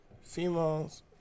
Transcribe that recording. Females